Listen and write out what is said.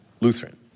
Lutheran